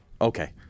Okay